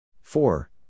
Four